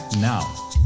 Now